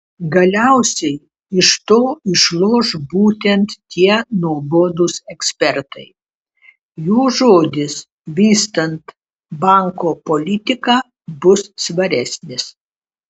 galiausiai iš to išloš būtent tie nuobodūs ekspertai jų žodis vystant banko politiką bus svaresnis